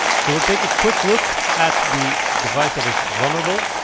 so we'll take a quick look at the device that is vulnerable.